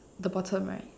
the bottom right